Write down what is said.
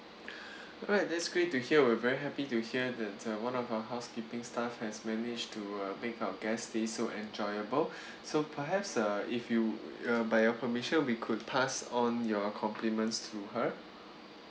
alright that's great to hear we're very happy to hear that uh one of our housekeeping staff has managed to uh make our guest stay so enjoyable so perhaps uh if you uh by your permission we could pass on your compliments to her